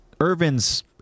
Irvin's